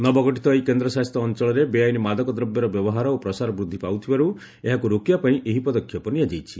ନବଗଠିତ ଏହି କେନ୍ଦଶାସିତ ଅଞ୍ଚଳରେ ବେଆଇନ ମାଦକ ଦବ୍ୟର ବ୍ୟବହାର ଓ ପ୍ରସାର ବୃଦ୍ଧି ପାଉଥିବାରୁ ଏହାକୁ ରୋକିବା ପାଇଁ ଏହି ପଦକ୍ଷେପ ନିଆଯାଇଛି